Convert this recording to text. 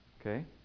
Okay